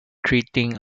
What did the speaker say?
treating